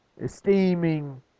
esteeming